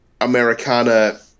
Americana